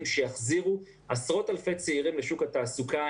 שיחזירו עשרות אלפי צעירים לשוק התעסוקה,